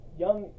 young